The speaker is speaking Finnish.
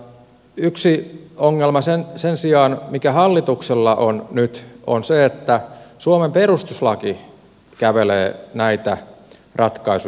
yksi ongelma sen sijaan mikä hallituksella on nyt on se että suomen perustuslaki kävelee näitä ratkaisuja vastaan